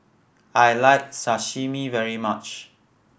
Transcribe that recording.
I like Sashimi very much